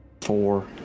four